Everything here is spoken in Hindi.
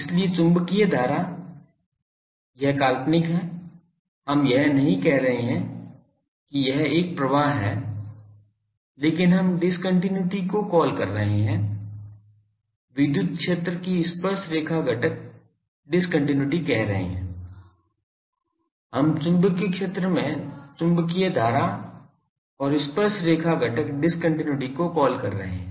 इसलिए चुंबकीय धारा यह काल्पनिक है हम यह नहीं कह रहे हैं कि एक प्रवाह है लेकिन हम डिस्कन्टिन्यूइटी को कॉल कर रहे हैं विद्युत क्षेत्र की स्पर्शरेखा घटक डिस्कन्टिन्यूइटी कह रहे हैं हम चुंबकीय क्षेत्र में चुंबकीय धारा और स्पर्शरेखा घटक डिस्कन्टिन्यूइटी को कॉल कर रहे हैं